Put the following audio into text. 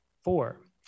four